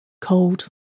cold